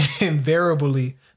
invariably